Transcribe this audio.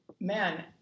man